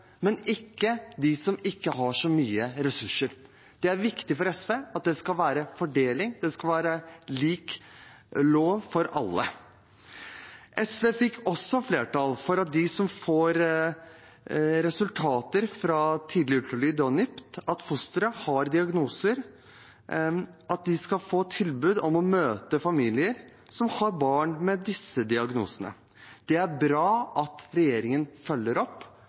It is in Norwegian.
men ikke de som ikke har så mye ressurser. Det er viktig for SV at det skal være lik fordeling; det skal være en lik lov for alle. SV fikk også flertall for at de som får resultater fra tidlig ultralyd og NIPT som viser at fosteret har diagnoser, skal få tilbud om å møte familier som har barn med disse diagnosene. Det er bra at regjeringen følger opp